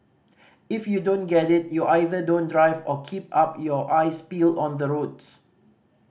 if you don't get it you either don't drive or keep up your eyes peeled on the roads